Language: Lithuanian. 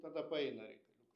tada paeina reikaliukai